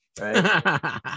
right